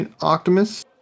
Optimus